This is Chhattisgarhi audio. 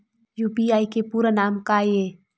यू.पी.आई के पूरा नाम का ये?